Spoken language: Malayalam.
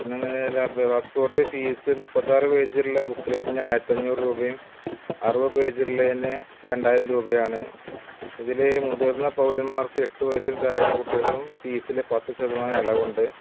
പിന്നെയെന്ന് പാസ്പ്പോട്ട് ഫീസ്സ് മുപ്പത്താറു പേജുള്ള ബുക്ക്ലെറ്റിന് ആയിരത്തഞ്ഞൂറ് രൂപയും അറുപത് പേജുള്ളതിന് രണ്ടായിരം രൂപയുമാണ് ഇതിൽ മുതിർന്ന പൗരന്മാർക്ക് എട്ട് വയസ്സിന് താഴെ ഉള്ള കുട്ടികൾക്കും ഫീസിൽ പത്ത് ശതമാനം ഇളവുണ്ട്